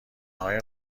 های